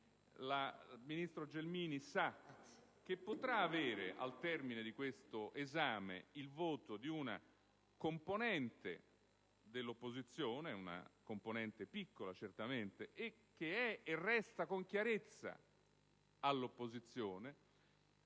La ministro Gelmini sa che, al termine di questo esame, potrà avere il voto di una componente dell'opposizione (una componente piccola, certamente, e che è e resta con chiarezza all'opposizione)